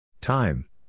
Time